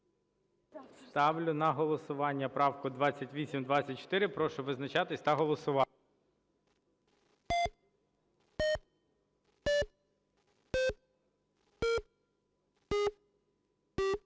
Ставлю на голосування правку 2827 Німченка. Прошу визначатись та голосувати.